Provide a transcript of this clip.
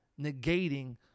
negating